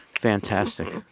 fantastic